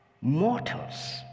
mortals